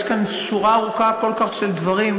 יש כאן שורה ארוכה כל כך של דברים,